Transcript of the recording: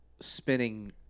spinning